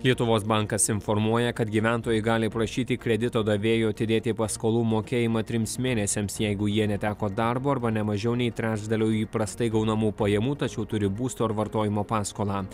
lietuvos bankas informuoja kad gyventojai gali prašyti kredito davėjų atidėti paskolų mokėjimą trims mėnesiams jeigu jie neteko darbo arba ne mažiau nei trečdalio įprastai gaunamų pajamų tačiau turi būsto ar vartojimo paskolą